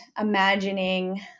imagining